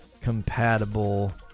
compatible